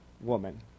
woman